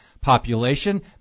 population